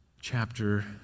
chapter